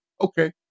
Okay